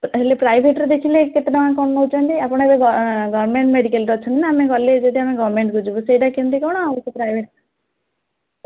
hello ପ୍ରାଇଭେଟ୍ରେ ଦେଇଥିଲେ କେତେ ଟଙ୍କା କ'ଣ ନେଉଛନ୍ତି ଆପଣ ଗମେଣ୍ଟ୍ ମେଡ଼ିକାଲ୍ରେ ଅଛନ୍ତି ନା ଆମେ ଗଲେ ଯଦି ଆମେ ଗଭର୍ଣ୍ଣମେଣ୍ଟ୍କୁ ଯିବୁ ସେଇଟା କେମିତି କ'ଣ ଆଉ ପ୍ରାଇଭେଟ୍